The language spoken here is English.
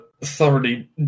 thoroughly